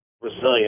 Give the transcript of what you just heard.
resilient